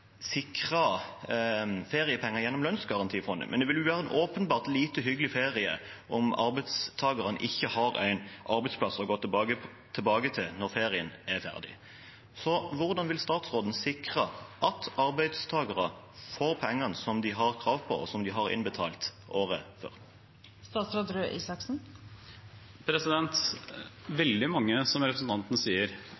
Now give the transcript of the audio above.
feriepenger gjennom lønnsgarantifondet, men det vil være en åpenbart lite hyggelig ferie om arbeidstakerne ikke har en arbeidsplass å gå tilbake til når ferien er ferdig. Så hvordan vil statsråden sikre at arbeidstakere får pengene som de har krav på, og som de har innbetalt året før?